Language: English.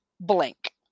blank